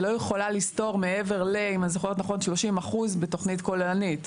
היא לא יכולה לסתור מעבר לאם הזכויות הן 30% בתוכנית כוללנית,